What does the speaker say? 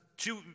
Two